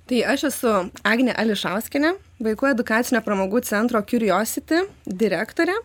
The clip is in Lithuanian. tai aš esu agnė ališauskienė vaikų edukacinio pramogų centro kiurjositi direktorė